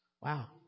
Wow